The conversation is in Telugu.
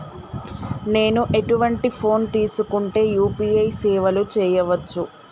నేను ఎటువంటి ఫోన్ తీసుకుంటే యూ.పీ.ఐ సేవలు చేయవచ్చు?